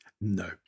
no